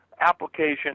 Application